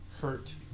hurt